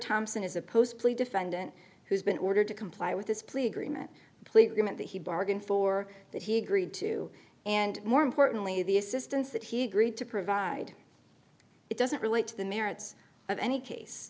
thompson is a post plea defendant who's been ordered to comply with this plea agreement pleased him and he bargained for that he agreed to and more importantly the assistance that he agreed to provide it doesn't relate to the merits of any case